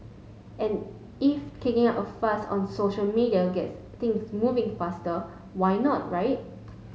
and if kicking up a fuss on social media gets things moving faster why not right